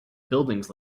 buildings